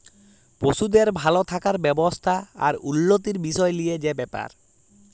পশুদের ভাল থাকার ব্যবস্থা আর উল্যতির বিসয় লিয়ে যে ব্যাপার